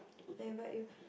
I invite you